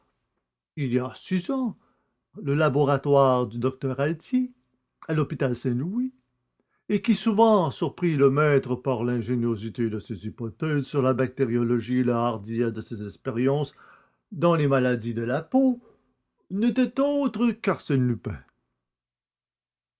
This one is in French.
il y a six ans le laboratoire du docteur altier à l'hôpital saint-louis et qui souvent surprit le maître par l'ingéniosité de ses hypothèses sur la bactériologie et la hardiesse de ses expériences dans les maladies de la peau n'était autre qu'arsène lupin